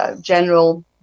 general